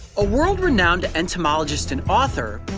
a world-renowned entomologist and author,